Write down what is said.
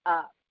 up